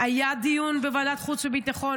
היה דיון בוועדת החוץ והביטחון.